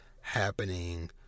happening